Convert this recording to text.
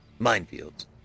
minefields